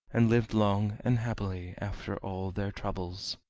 and lived long and happily after all their troubles.